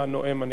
הנואם הנכבד,